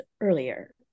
earlier